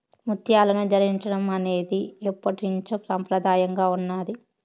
ముత్యాలను ధరించడం అనేది ఎప్పట్నుంచో సంప్రదాయంగా ఉన్నాది